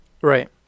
right